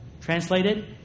Translated